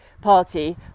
party